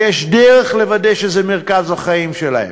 ויש דרך לוודא שזה מרכז החיים שלהם: